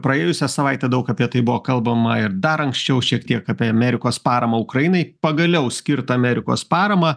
praėjusią savaitę daug apie tai buvo kalbama ir dar anksčiau šiek tiek apie amerikos paramą ukrainai pagaliau skirtą amerikos paramą